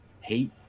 Hate